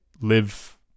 live